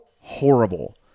horrible